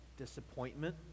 Disappointment